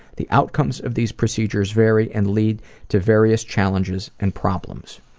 the outcomes of these procedures vary and lead to various challenges and problems.